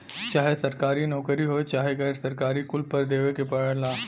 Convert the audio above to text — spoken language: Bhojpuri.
चाहे सरकारी नउकरी होये चाहे गैर सरकारी कर कुल पर देवे के पड़ला